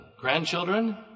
grandchildren